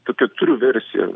tokią turiu versiją